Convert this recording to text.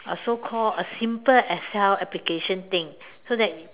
a so called a simple Excel application thing so that